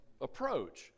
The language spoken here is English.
approach